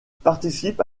participe